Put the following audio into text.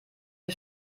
wir